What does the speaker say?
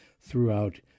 throughout